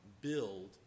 build